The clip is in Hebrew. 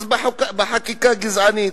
אז בחקיקה גזענית,